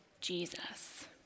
Jesus